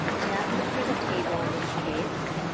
and that's it for the table in this case.